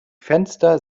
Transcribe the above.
fenster